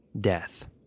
death